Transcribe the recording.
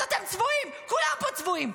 אז אתם צבועים, כולם פה צבועים,